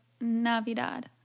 Navidad